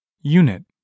Unit